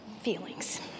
Feelings